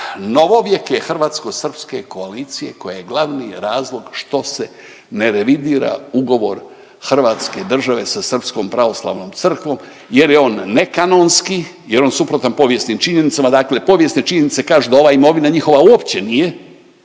novovijeke hrvatsko-srpske koalicije koja je glavni razlog što se ne revidira ugovor Hrvatske države sa Srpskom pravoslavnom crkvom jer je on nekanonski jer je on suprotan povijesnim činjenicama. Dakle, povijesne činjenice kažu da ova imovina njihova uopće nije,